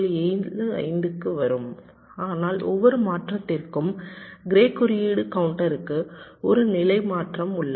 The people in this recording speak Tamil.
75 க்கு வரும் ஆனால் ஒவ்வொரு மாற்றத்திற்கும் க்ரே குறியீடு கவுண்டருக்கு ஒரு நிலை மாற்றம் உள்ளது